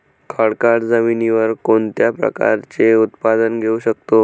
खडकाळ जमिनीवर कोणत्या प्रकारचे उत्पादन घेऊ शकतो?